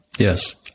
Yes